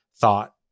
thought